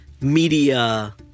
media